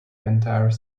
entire